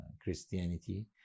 Christianity